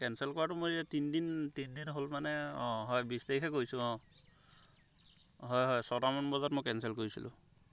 cancel কৰাটো মই তিনি দিন তিনি দিন হ'ল মানে অঁ হয় বিছ তাৰিখে কৰিছোঁ অঁ হয় হয় ছটামান বজাত মই কেনচেল কৰিছিলো